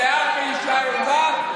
שיער באישה ערווה.